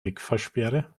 wegfahrsperre